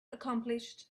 accomplished